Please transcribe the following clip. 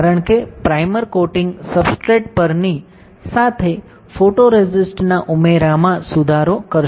કારણ કે primer coating substrate પરની સાથે ફોટોરેસિસ્ટના ઉમેરામાં સુધારો કરશે